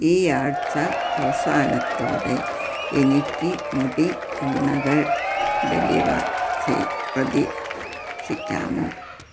ഈ ആഴ്ച അവസാനത്തോടെ എനിക്ക് മുടി എണ്ണകൾ ഡെലിവർ ചെ പ്രതീക്ഷിക്കാമോ